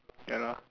ya